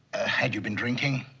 had you been drinking?